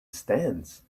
stands